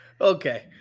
Okay